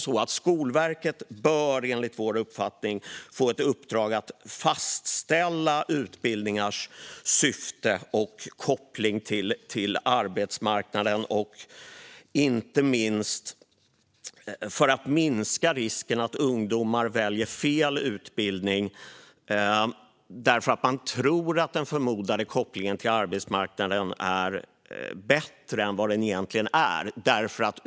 Skolverket bör, enligt vår uppfattning, få ett uppdrag att fastställa utbildningars syfte och koppling till arbetsmarknaden, inte minst för att minska risken att ungdomar väljer fel utbildning därför att man tror att den förmodade kopplingen till arbetsmarknaden är bättre än vad den egentligen är.